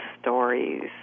stories